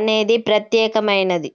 అనేది ప్రత్యేకమైనది